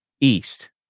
East